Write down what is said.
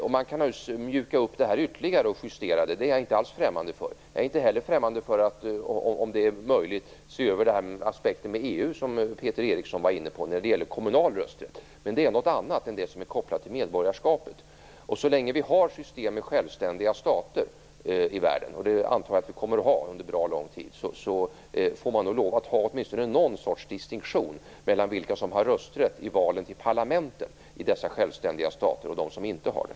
Man kan naturligtvis mjuka upp detta ytterligare och justera det. Det är jag inte alls främmande för. Jag är inte heller främmande för, om det är möjligt, att se över aspekten med EU när det gäller kommunal rösträtt, som Peter Eriksson var inne på. Men det är något annat än det som är kopplat till medborgarskapet. Så länge vi har ett system med självständiga stater i världen, och det antar jag att vi kommer att ha under lång tid, får man nog lov att ha åtminstone någon sorts distinktion mellan vilka som har rösträtt i valen till parlamentet i dessa självständiga stater och de som inte har det.